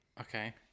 Okay